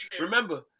remember